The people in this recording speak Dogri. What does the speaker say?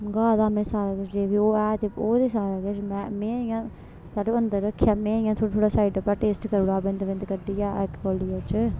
मंगाए दा में सारा किश जे बी ओह् ऐ ते ओह् ते सारा किश में में इ'यां मतलब अंदर रक्खेआ में इ'यां थोह्ड़ा थोह्ड़ा सारा डब्बा टेस्ट करी ओड़ां बिन्द बिन्द कड्ढियै इक कोली बिच्च